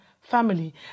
family